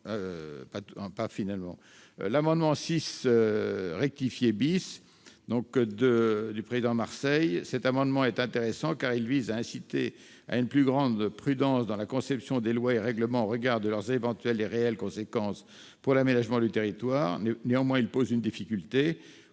L'amendement n° 6 rectifié est intéressant, car il vise à inciter à une plus grande prudence dans la conception des lois et règlements au regard de leurs éventuelles et réelles conséquences pour l'aménagement des territoires. Néanmoins, il pose une difficulté